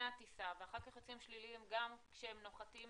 הטיסה ואחר-כך יוצאים שליליים גם כשהם נוחתים